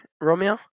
Romeo